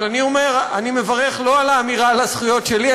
אבל אני מברך לא על האמירה על הזכויות שלי,